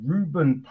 Ruben